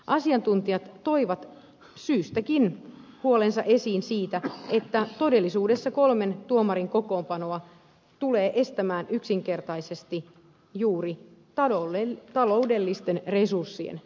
asiantuntijat toivat syystäkin huolensa esiin siitä että todellisuudessa kolmen tuomarin kokoonpanoa tulee estämään yksinkertaisesti juuri taloudellisten resurssien niukkuus